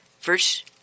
Verse